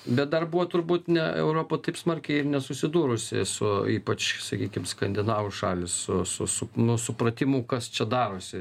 bet dar buvo turbūt ne europa taip smarkiai ir nesusidūrusi su ypač sakykim skandinavų šalys su su su nu supratimu kas čia darosi